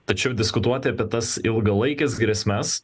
tačiau diskutuoti apie tas ilgalaikes grėsmes